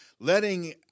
letting